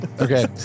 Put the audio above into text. Okay